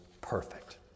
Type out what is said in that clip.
perfect